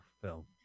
film